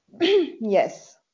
Yes